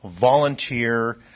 volunteer